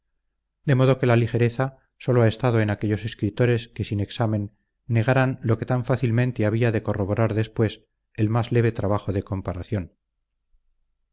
de modo que la ligereza sólo ha estado en aquellos escritores que sin examen negaran lo que tan fácilmente había de corroborar después el más leve trabajo de comparación